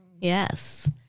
Yes